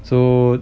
so